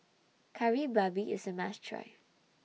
Kari Babi IS A must Try